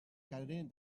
canet